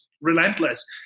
relentless